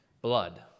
Blood